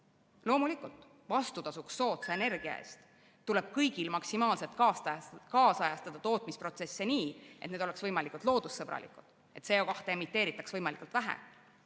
Loomulikult, vastutasuks soodsa energia eest tuleb kõigil maksimaalselt kaasajastada tootmisprotsesse nii, et need oleks võimalikult loodussõbralikud, et CO2emiteeritaks võimalikult vähe.